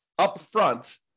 upfront